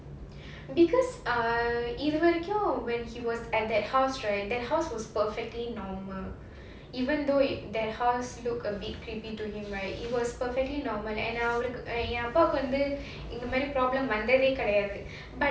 because ah இது வரைக்கும்:idhu varaikum when he was at that house right that house was perfectly normal even though it that house look a bit creepy to him right it was perfectly normal and ஏன்னா அவருக்கு என் அப்பாவுக்கு வந்து இந்த மாதிரி:yaennnaa avaruku en appavuku vandhu indha maadhiri problem வந்ததே கிடையாது:vandhadhae kidaiyaadhu but